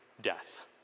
death